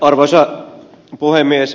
arvoisa puhemies